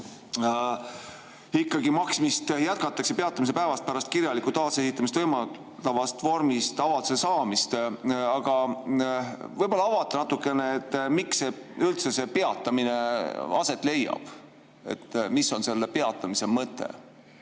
et maksmist jätkatakse peatamise päevast pärast kirjalikku taasesitamist võimaldavas vormis avalduse saamist. Aga võib-olla te avate natukene, miks üldse see peatamine aset leiab. Mis on selle peatamise mõte?